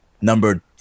number